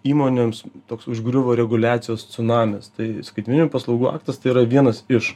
įmonėms toks užgriuvo reguliacijos cunamis tai skaitmeninių paslaugų aktas tai yra vienas iš